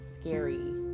scary